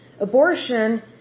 abortion